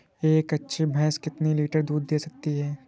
एक अच्छी भैंस कितनी लीटर दूध दे सकती है?